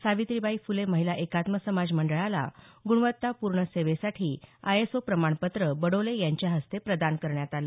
सावित्रीबाई फुले महिला एकात्म समाज मंडळाला गुणवत्ता पूर्ण सेवेसाठी आय एस ओ प्रमाणपत्र बडोले यांच्या हस्ते प्रदान करण्यात आलं